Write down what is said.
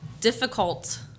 difficult